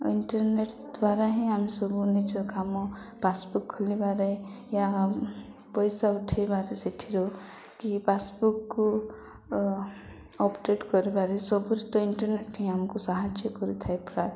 internet ଦ୍ୱାରା ହିଁ ଆମେ ସବୁ ନିଜ କାମ ପାସ୍ବୁକ୍ ଖୋଲିବାରେ ୟା ପଇସା ଉଠେଇବାରେ ସେଠିରୁ କି ପାସ୍ବୁକ୍କୁ ଅପଡ଼େଟ କରିବାରେ ସବୁ ତ ଇଣ୍ଟରନେଟ୍ ହିଁ ଆମକୁ ସାହାଯ୍ୟ କରିଥାଏ ପ୍ରାୟ